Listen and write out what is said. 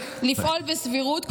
לפעול בסבירות,